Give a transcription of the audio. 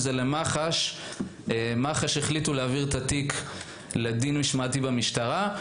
זה למח"ש הם החליטו להעביר את התיק לדין משמעתי במשטרה.